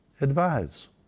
advise